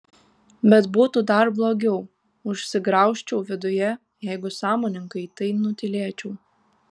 bet būtų dar blogiau užsigraužčiau viduje jeigu sąmoningai tai nutylėčiau